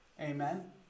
amen